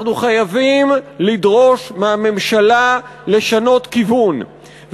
אנחנו חייבים לדרוש מהממשלה לשנות כיוון.